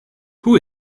who